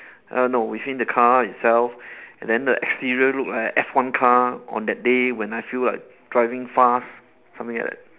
uh no within the car itself and then the exterior look like a f one car on that day when I feel like driving fast something like that